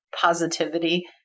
positivity